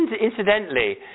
Incidentally